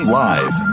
live